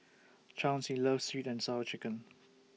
Chauncy loves Sweet and Sour Chicken